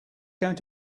going